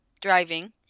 driving